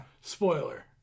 Spoiler